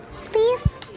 please